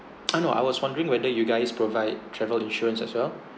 ah no I was wondering whether you guys provide travel insurance as well